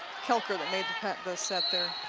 koelker that made the set there.